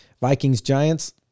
Vikings-Giants